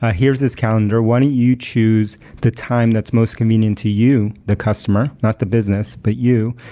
ah here's this calendar. why don't you choose the time that's most convenient to you, the customer, not the business, but you,